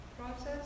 process